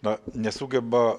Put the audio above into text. na nesugeba